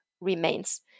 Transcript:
remains